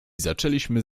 zaczęliśmy